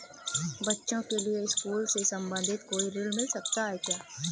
बच्चों के लिए स्कूल से संबंधित कोई ऋण मिलता है क्या?